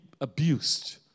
abused